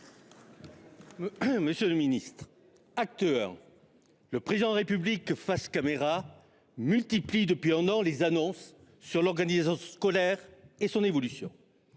Monsieur le Ministre, acteur. Le président de la République face caméra multiplie depuis un an, les annonces sur l'organisation scolaire et son évolution.